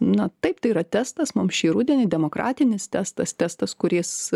na taip tai yra testas mums šį rudenį demokratinis testas testas kuris